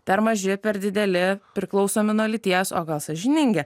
per maži per dideli priklausomi nuo lyties o gal sąžiningi